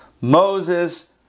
Moses